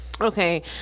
Okay